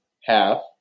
half